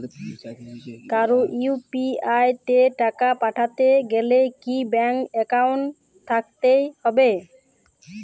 কারো ইউ.পি.আই তে টাকা পাঠাতে গেলে কি ব্যাংক একাউন্ট থাকতেই হবে?